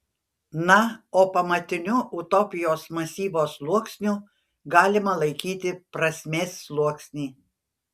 na o pamatiniu utopijos masyvo sluoksniu galima laikyti prasmės sluoksnį